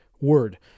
word